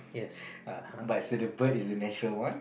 ah but so the bird is the natural one